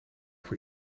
voor